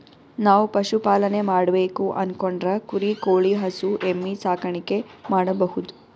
ನಾವ್ ಪಶುಪಾಲನೆ ಮಾಡ್ಬೇಕು ಅನ್ಕೊಂಡ್ರ ಕುರಿ ಕೋಳಿ ಹಸು ಎಮ್ಮಿ ಸಾಕಾಣಿಕೆ ಮಾಡಬಹುದ್